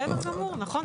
בסדר גמור, נכון.